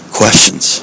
questions